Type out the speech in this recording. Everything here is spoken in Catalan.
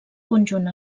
conjunt